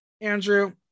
andrew